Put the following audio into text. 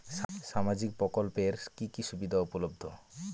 সামাজিক প্রকল্প এর কি কি সুবিধা উপলব্ধ?